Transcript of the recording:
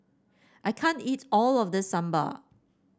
I can't eat all of this Sambar